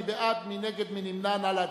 מי בעד, מי נגד, מי נמנע, נא להצביע.